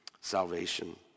salvation